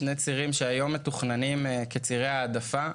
שני צירים שהיום מתוכננים כצירי העדפה.